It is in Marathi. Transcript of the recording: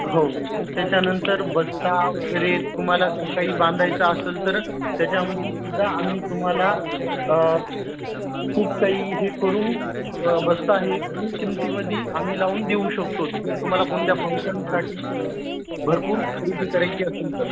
हो त्याच्यानंतर बस्ता वगैरे तुम्हाला जर काही बांधायचा असेल तर त्याच्यामध्ये सुुद्धा आम्ही तुम्हाला खूप काही हे करून बस्ता हे कमी किमतीमध्ये आम्ही लावून देऊ शकतो जर तुम्हाला कोणत्या फंक्शनसाठी भरपूर खरेदी करायची असेल तर